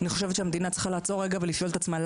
אני חושבת שהמדינה צריכה לעצור רגע ולשאול את עצמה,